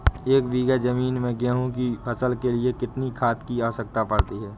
एक बीघा ज़मीन में गेहूँ की फसल के लिए कितनी खाद की आवश्यकता पड़ती है?